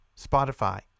Spotify